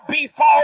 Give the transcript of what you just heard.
befall